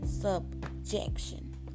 subjection